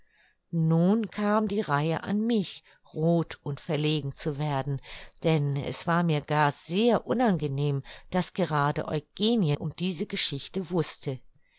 nun kam die reihe an mich roth und verlegen zu werden denn es war mir gar sehr unangenehm daß gerade eugenie um diese geschichte wußte